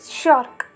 shark